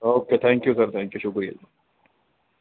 okay thank you sir thank you ਸ਼ੁਕਰੀਆ ਜੀ